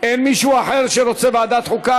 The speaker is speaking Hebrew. אין מישהו אחר שרוצה ועדת חוקה?